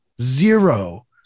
Zero